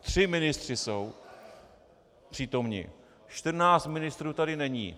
Tři ministři jsou přítomni, čtrnáct ministrů tady není.